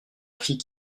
fille